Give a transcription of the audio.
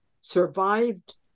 survived